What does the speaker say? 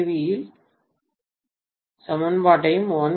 L சமன்பாட்டையும் 1 K